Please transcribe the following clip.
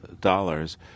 dollars